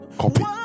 copy